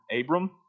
Abram